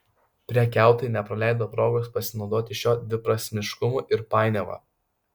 prekiautojai nepraleido progos pasinaudoti šiuo dviprasmiškumu ir painiava